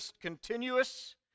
continuous